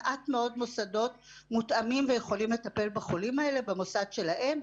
מעט מאוד מוסדות מותאמים ויכולים לטפל בחולים האלה במוסד שלהם.